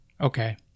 okay